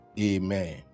Amen